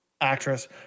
actress